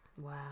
Wow